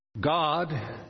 God